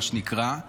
מה שנקרא,